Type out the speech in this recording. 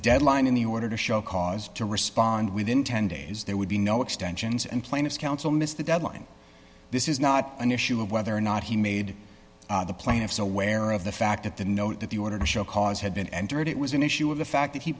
deadline in the order to show cause to respond within ten days there would be no extensions and plaintiff's counsel missed the deadline this is not an issue of whether or not he made the plaintiffs aware of the fact that the note that the order to show cause had been entered it was an issue of the fact that he